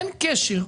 אין קשר.